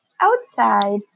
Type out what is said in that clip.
outside